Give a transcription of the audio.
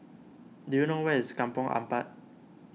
do you know where is Kampong Ampat